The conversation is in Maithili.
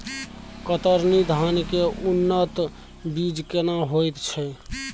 कतरनी धान के उन्नत बीज केना होयत छै?